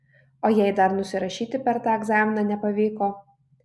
o jei dar nusirašyti per tą egzaminą nepavyko